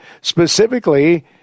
specifically